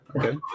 Okay